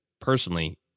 personally